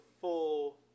full